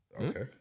Okay